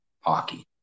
hockey